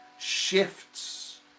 shifts